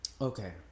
Okay